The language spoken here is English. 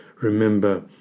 remember